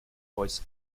voice